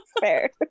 Fair